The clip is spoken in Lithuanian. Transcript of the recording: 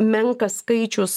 menkas skaičius